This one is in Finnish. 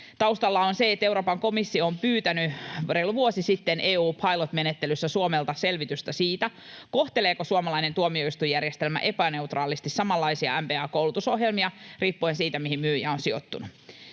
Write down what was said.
Taustalla on se, että Euroopan komissio on pyytänyt reilu vuosi sitten EU Pilot ‑menettelyssä Suomelta selvitystä siitä, kohteleeko suomalainen tuomioistuinjärjestelmä epäneutraalisti samanlaisia MBA-koulutusohjelmia riippuen siitä, mihin myyjä on sijoittunut.